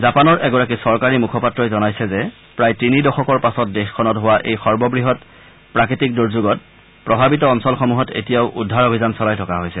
জাপানৰ চৰকাৰী মুখপাত্ৰগৰাকীও জনাইছে যে প্ৰায় তিনি দশকৰ পাছত দেশখনত হোৱা এই সৰ্ববৃহত প্ৰাকৃতিক দূৰ্যোগত প্ৰভাৱিত অঞ্চলসমূহত এতিয়াও উদ্ধাৰ অভিযান চলাই থকা হৈছে